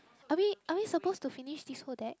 are we are we suppose to finish this whole deck